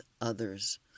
others